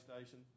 station